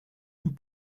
nous